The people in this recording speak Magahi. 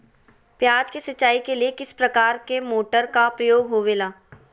प्याज के सिंचाई के लिए किस प्रकार के मोटर का प्रयोग होवेला?